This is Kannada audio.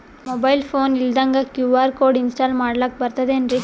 ಮೊಬೈಲ್ ಫೋನ ಇಲ್ದಂಗ ಕ್ಯೂ.ಆರ್ ಕೋಡ್ ಇನ್ಸ್ಟಾಲ ಮಾಡ್ಲಕ ಬರ್ತದೇನ್ರಿ?